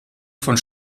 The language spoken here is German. von